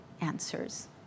answers